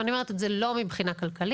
ואני אומרת את זה לא מבחינה כלכלית,